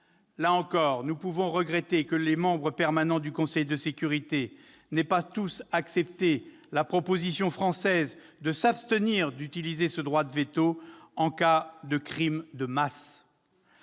Là encore, nous pouvons regretter que les membres permanents du Conseil de sécurité n'aient pas tous accepté la proposition française de s'abstenir d'utiliser ce droit de veto en cas de crime de masse.